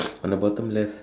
on the bottom left